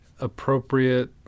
appropriate